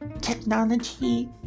technology